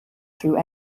through